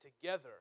together